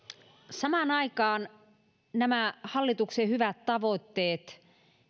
samaan aikaan nämä hallituksen hyvät tavoitteet